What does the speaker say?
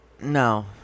no